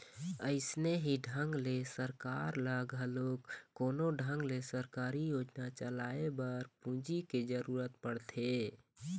अइसने ही ढंग ले सरकार ल घलोक कोनो ढंग ले सरकारी योजना चलाए बर पूंजी के जरुरत पड़थे